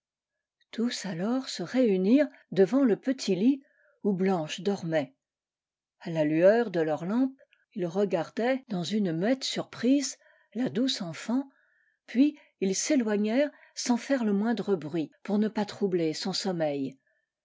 tous alors se réunirent devant le petit lit où blan he dormait a la lueur de leurs lampes ils regardaient dans une muette surprise la douce enfant puis ils s'éloignèrent sans faire le moindre bruit pour ne pas troubler son sommeil